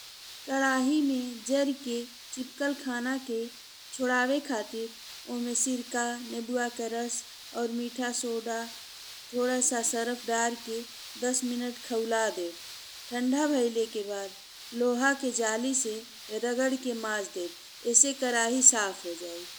कड़ाही में जारी के चिपकल खाना के छोड़ावे खातिर ओहमें सिरका, नेबुआ के रस और मीठा सोडा, थोड़े से सरफदारी के दस मिनट खौला देब। ठंडा भइले के बाद लोहे के जाली से रगारी के माज देब। एहसे कराची साफ हो जाई।